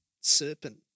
serpent